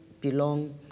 belong